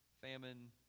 famine